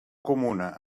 comuna